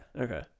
Okay